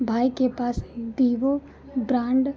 भाई के पास वीवो ब्रांड